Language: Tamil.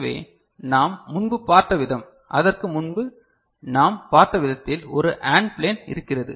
எனவே நாம் முன்பு பார்த்த விதம் அதற்கு முன்பு நாம் பார்த்த விதத்தில் ஒரு AND ப்ளேன் இருக்கிறது